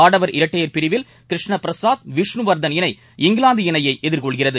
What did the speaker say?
ஆடவர் இரட்டையர் பிரிவில் கிருஷ்ண பிரசாத் விஷ்னு வர்தன் இணை இங்கிலாந்து இணையை எதிர்கொள்கிறது